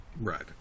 Right